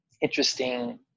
interesting